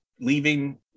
leaving